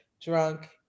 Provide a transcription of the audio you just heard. drunk